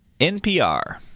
NPR